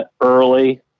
early